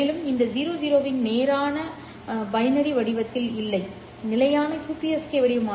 மேலும் இந்த 00 இன் நேரான பைனரி வடிவத்தில் இல்லை நிலையான QPSK வடிவம்